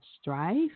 strife